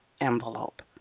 envelope